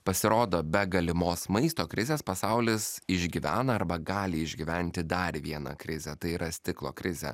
pasirodo be galimos maisto krizės pasaulis išgyvena arba gali išgyventi dar vieną krizę tai yra stiklo krizę